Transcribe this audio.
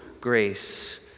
grace